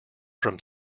from